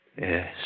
Yes